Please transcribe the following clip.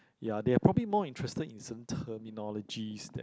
yeah they are probably interested in certain terminologies that